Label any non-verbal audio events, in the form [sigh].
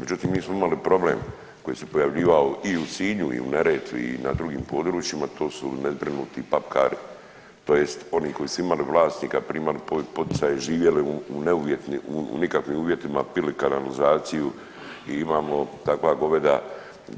Međutim, mi smo imali problem koji se pojavljivao i u Sinju i u Neretvi i na drugim područjima to su nezbrinuti … [unintelligible] tj. oni koji su imali vlasnika, primali poticaje, živjeli u nikakvim uvjetima, pili kanalizaciju i imamo takva goveda